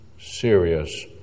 serious